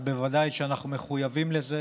אז בוודאי אנחנו מחויבים לזה.